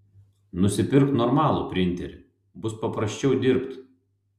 nusipirk normalų printerį bus paprasčiau dirbt